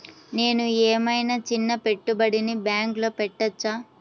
నేను ఏమయినా చిన్న పెట్టుబడిని బ్యాంక్లో పెట్టచ్చా?